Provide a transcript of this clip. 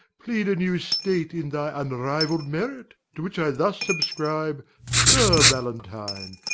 plead a new state in thy unrivall'd merit, to which i thus subscribe sir valentine,